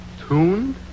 Tuned